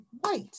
white